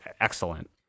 excellent